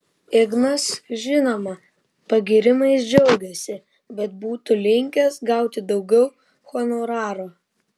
ignas žinoma pagyrimais džiaugėsi bet būtų linkęs gauti daugiau honoraro